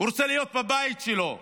הוא רוצה להיות בבית שלו.